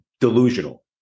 delusional